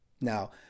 Now